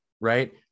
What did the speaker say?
right